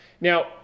Now